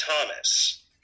Thomas